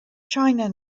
china